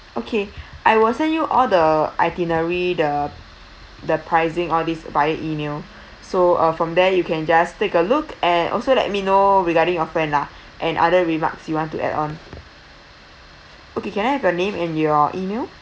okay I will send you all the itinerary the the pricing all these via email so uh from there you can just take a look and also let me know regarding your friend lah and other remarks you want to add on okay can I have your name and your email